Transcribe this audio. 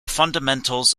fundamentals